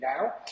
now